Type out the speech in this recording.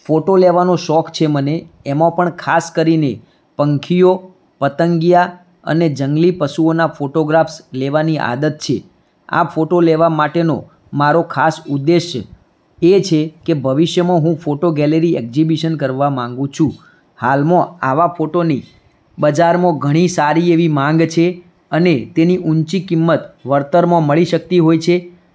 photo લેવાનો શોખ છે મને એમાં પણ ખાસ કરીને પંખીઓ પતંગિયા અને જંગલી પશુઓના ફોટોગ્રાફ્સ લેવાની આદત છે આ ફોટો લેવા માટેનો મારો ખાસ ઉદેશ્ય એ છે કે ભવિષ્યમાં હું ફોટો ગેલેરી એક્જિબિશન કરવા માગું છું હાલમાં આવા ફોટોની બજારમાં ઘણી એવી સારી માગ છે અને તેની ઊંચી કિંમત વળતરમાં મળી શકતી હોય છે